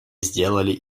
сделали